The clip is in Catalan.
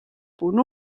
punt